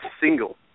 single